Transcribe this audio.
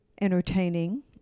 entertaining